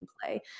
play